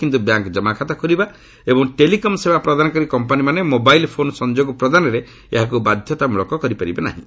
କିନ୍ତୁ ବ୍ୟାଙ୍କ୍ ଜମାଖାତା ଖୋଲିବା ଏବଂ ଟେଲିକମ୍ ସେବା ପ୍ରଦାନକାରୀ କମ୍ପାନୀମାନେ ମୋବାଇଲ୍ ଫୋନ୍ ସଂଯୋଗ ପ୍ରଦାନରେ ଏହାକୁ ବାଧ୍ୟତାମୂଳକ କରିପାରିବେ ନାହିଁ